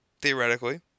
theoretically